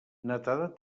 netedat